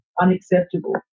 unacceptable